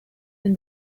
and